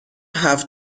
have